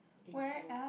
a year